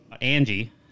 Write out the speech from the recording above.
Angie